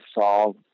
solve